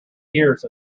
years